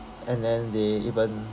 and then they even